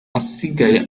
asigaye